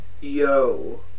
Yo